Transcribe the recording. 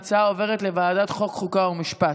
ההצעה עוברת לוועדת החוקה, חוק ומשפט.